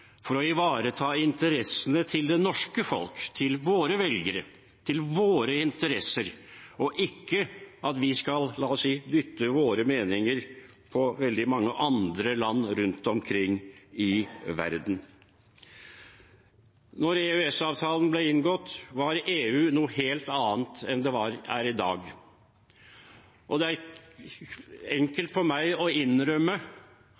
for å ivareta interessene til det norske folk, til våre velgere, til våre interesser, og ikke for at vi skal – la oss si – dytte våre meninger på veldig mange andre land rundt omkring i verden. Da EØS-avtalen ble inngått, var EU noe helt annet enn det er i dag. Og det er